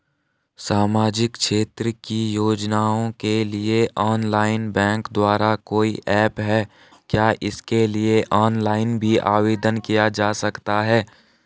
सामाजिक क्षेत्र की योजनाओं के लिए ऑनलाइन बैंक द्वारा कोई ऐप है क्या इसके लिए ऑनलाइन भी आवेदन किया जा सकता है?